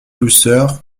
douceur